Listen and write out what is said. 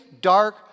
dark